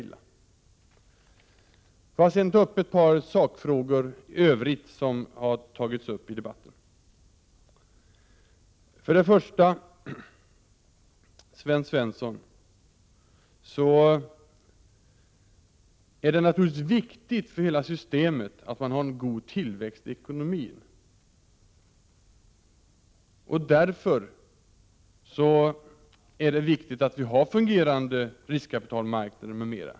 Jag skulle vilja ta upp ett par sakfrågor i övrigt som har berörts i debatten. Det är, Sten Svensson, naturligtvis viktigt för hela systemet att man har en god tillväxt i ekonomin. Därför är det viktigt att få en fungerande riskkapitalmarknad.